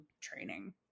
training